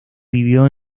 vivió